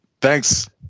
Thanks